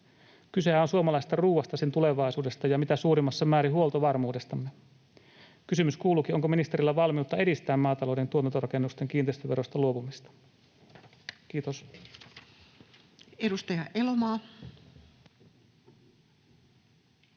Kysehän on suomalaisesta ruoasta, sen tulevaisuudesta ja mitä suurimmassa määrin huoltovarmuudestamme. Kysymys kuuluukin: onko ministerillä valmiutta edistää maatalouden tuotantorakennusten kiinteistöverosta luopumista? — Kiitos. Edustaja Elomaa.